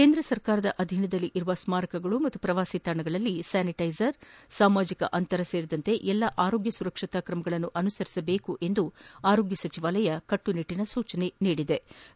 ಕೇಂದ್ರ ಸರ್ಕಾರದ ಅಧೀನದಲ್ಲಿರುವ ಸ್ನಾರಕಗಳು ಮತ್ತು ಶ್ರವಾಸಿ ತಾಣಗಳಲ್ಲಿ ಸ್ವಾನಿಟ್ಯೆಸರ್ ಸಾಮಾಜಿಕ ಅಂತರ ಸೇರಿದಂತೆ ಎಲ್ಲಾ ಆರೋಗ್ಯ ಸುರಕ್ಷತಾ ಕ್ರಮಗಳನ್ನು ಅನುಸರಿಸುವಂತೆ ಆರೋಗ್ಯ ಸಚಿವಾಲಯ ಸೂಚನೆ ಹೊರಡಿಸಿದೆ